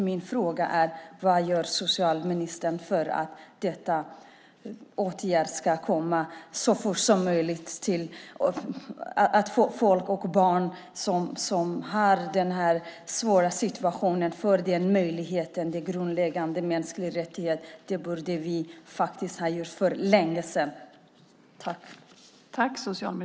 Min fråga är: Vad avser socialministern att göra för att barn som befinner sig i denna situation så fort som möjligt får dessa grundläggande mänskliga rättigheter? Detta borde vi ha gjort för länge sedan.